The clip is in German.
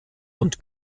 und